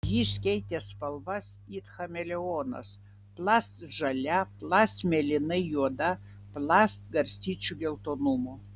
jis keitė spalvas it chameleonas plast žalia plast mėlynai juoda plast garstyčių geltonumo